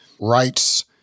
rights